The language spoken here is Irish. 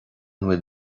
bhfuil